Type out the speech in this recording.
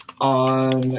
on